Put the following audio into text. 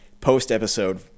post-Episode